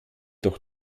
doch